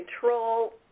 control